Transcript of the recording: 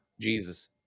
Jesus